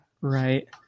Right